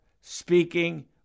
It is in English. speaking